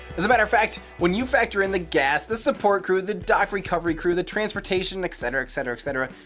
as a matter of fact, when you factor in the gas, the support crew, the dock recovery crew, the transportation etc etc etc,